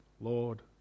Lord